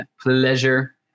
pleasure